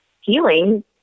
healing